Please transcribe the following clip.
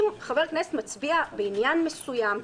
אם חבר כנסת מצביע בעניין מסוים,